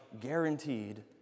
guaranteed